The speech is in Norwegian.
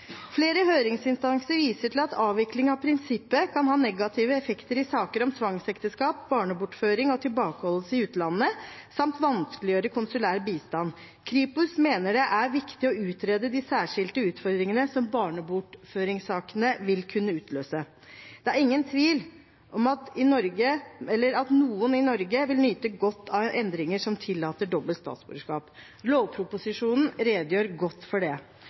Flere høringsinstanser viser til at avvikling av prinsippet kan ha negative effekter i saker om tvangsekteskap, barnebortføring og tilbakeholdelse i utlandet samt vanskeliggjøre konsulær bistand. Kripos mener det er viktig å utrede de særskilte utfordringene som barnebortføringssakene vil kunne utløse. Det er ingen tvil om at noen i Norge vil nyte godt av endringer som tillater dobbelt statsborgerskap. Lovproposisjonen redegjør godt for det.